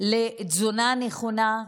לתזונה נכונה,